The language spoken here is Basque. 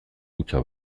hutsa